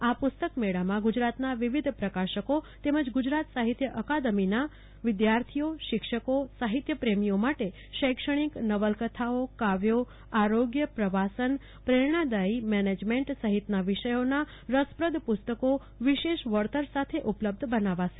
આ પુસ્તક મેળામાં ગુજરાતના વિવિધ પ્રકાશકો તેમજ ગુજરાત સાહિત્ય અકાદમીના વિધાર્થીઓશિક્ષકો સાહિત્ય પ્રેમીઓ માટે શૈક્ષણિકનુવલકથાઓકાવ્યો આરોગ્ય પ્રવાસન પ્રેરણાદાથી મેનેજમેન્ટ સફિતના વિષયોના રસપ્રદ પુસ્તકો વિશેષ વળતર સાથે ઉપલબ્ધ બનાવાશે